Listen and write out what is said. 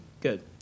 Good